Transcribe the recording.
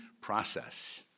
process